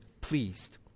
pleased